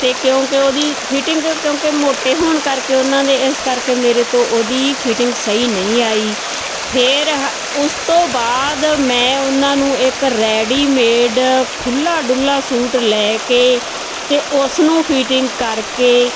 ਅਤੇ ਕਿਉਂਕਿ ਉਹਦੀ ਫਿਟਿੰਗ ਕਿਉਂਕਿ ਮੋਟੀ ਹੋਣ ਕਰਕੇ ਉਹਨਾਂ ਦੇ ਇਸ ਕਰਕੇ ਮੇਰੇ ਤੋਂ ਉਹਦੀ ਫਿਟਿੰਗ ਸਹੀ ਨਹੀਂ ਆਈ ਫਿਰ ਉਸ ਤੋਂ ਫਿਰ ਉਸ ਤੋਂ ਬਾਅਦ ਮੈਂ ਉਹਨਾਂ ਨੂੰ ਇੱਕ ਰੈਡੀਮੇਡ ਖੁੱਲ੍ਹਾ ਡੁੱਲ੍ਹਾ ਸੂਟ ਲੈ ਕੇ ਅਤੇ ਉਸ ਨੂੰ ਫਿਟਿੰਗ ਕਰਕੇ